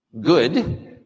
good